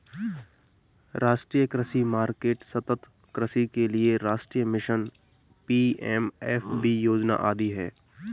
राष्ट्रीय कृषि मार्केट, सतत् कृषि के लिए राष्ट्रीय मिशन, पी.एम.एफ.बी योजना आदि है